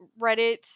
Reddit